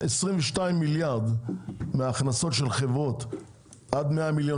22 מיליארד מההכנסות של חברות עד 100 מיליוני